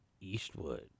Eastwood